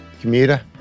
commuter